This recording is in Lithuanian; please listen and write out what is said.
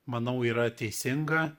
manau yra teisinga